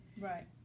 Right